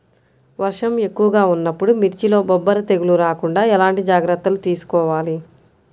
వర్షం ఎక్కువగా ఉన్నప్పుడు మిర్చిలో బొబ్బర తెగులు రాకుండా ఎలాంటి జాగ్రత్తలు తీసుకోవాలి?